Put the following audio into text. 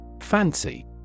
Fancy